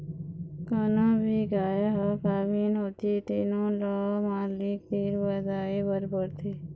कोनो भी गाय ह गाभिन होथे तेनो ल मालिक तीर बताए बर परथे